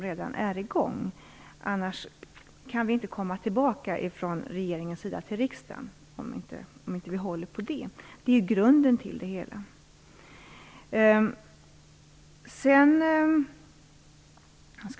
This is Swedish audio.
Regeringen kan inte komma tillbaka till riksdagen om vi inte håller på detta. Det är grunden till det hela.